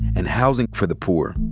and housing for the poor.